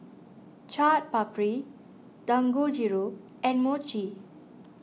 Chaat Papri Dangojiru and Mochi